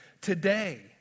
today